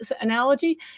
analogy